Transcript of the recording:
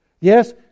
Yes